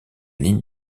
ligne